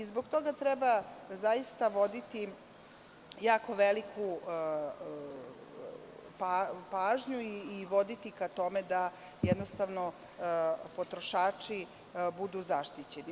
Zbog toga treba voditi jako veliku pažnju i voditi ka tome da jednostavno potrošači budu zaštićeni.